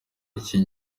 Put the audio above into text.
iki